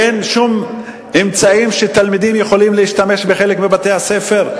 אין שום אמצעים שתלמידים יכולים להשתמש בחלק מבתי-הספר,